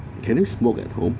can you smoke at home